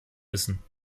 müssen